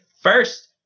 First